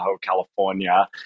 California